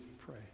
pray